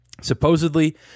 Supposedly